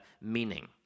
meaning